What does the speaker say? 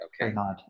Okay